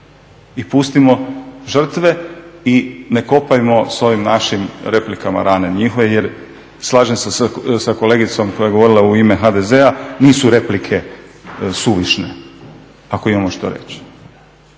i pustimo žrtve i ne kopajmo s ovim našim replikama rane njihove jer slažem se s kolegicom koja je govorila u ime HDZ-a, nisu replike suvišne ako imamo što reći.